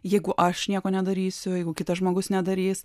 jeigu aš nieko nedarysiu jeigu kitas žmogus nedarys